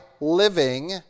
living